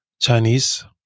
Chinese